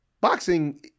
Boxing